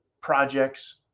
projects